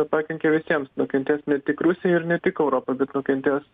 pakenkia visiems nukentės ne tik rusija ir ne tik europa bet nukentės